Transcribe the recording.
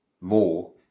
more